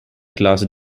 class